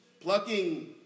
plucking